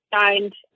signed